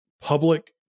public